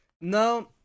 No